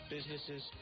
businesses